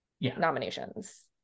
nominations